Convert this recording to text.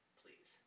please